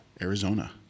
Arizona